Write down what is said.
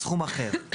סכום אחר.".